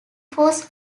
force